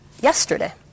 yesterday